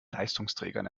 leistungsträgern